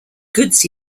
goods